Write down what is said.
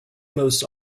most